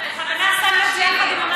בכוונה שמנו את זה עם מס הכנסה שלילי.